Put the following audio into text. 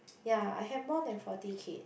ya I have more than forty kid